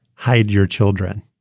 hide your children